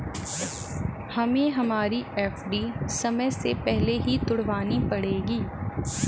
हमें हमारी एफ.डी समय से पहले ही तुड़वानी पड़ेगी